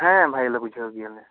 ᱦᱮᱸ ᱵᱷᱟᱹᱜᱤ ᱞᱮ ᱵᱩᱡᱷᱟᱹᱣ ᱜᱮᱭᱟᱞᱮ